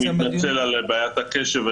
מתנצל על בעיית הקשב.